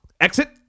Exit